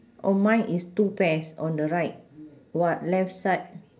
oh mine is two pairs on the right what left side